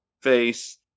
face